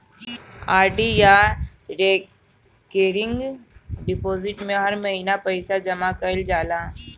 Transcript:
RD या recurring deposit में हर महिना पअ पईसा जमा कईल जाला